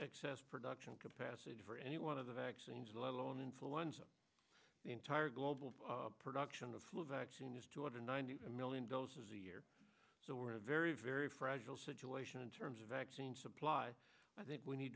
excess production capacity for any one of the vaccines let alone in full ones the entire global production of flu vaccine is two hundred ninety million doses a year so we're a very very fragile situation in terms of vaccine supply i think we need